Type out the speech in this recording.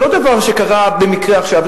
וזה לא דבר שקרה במקרה עכשיו,